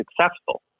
successful